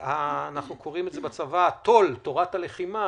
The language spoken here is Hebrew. לגיבוש התו"ל תורת הלחימה.